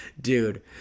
dude